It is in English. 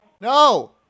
No